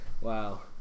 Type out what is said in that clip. Wow